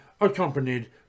Accompanied